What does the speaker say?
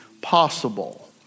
possible